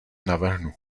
navrhnu